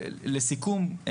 לסיכום,